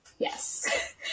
Yes